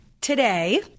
today